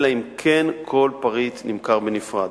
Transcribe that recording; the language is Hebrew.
אלא אם כן כל פריט נמכר בנפרד.